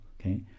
okay